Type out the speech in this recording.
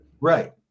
Right